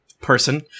person